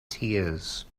tears